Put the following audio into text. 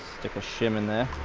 stick a shim in there.